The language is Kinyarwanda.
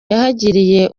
yahagiriye